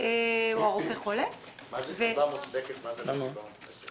מה זאת סיבה מוצדקת ומה זאת סיבה לא מוצדקת?